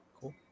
Cool